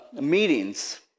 meetings